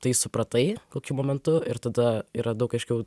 tai supratai kokiu momentu ir tada yra daug aiškiau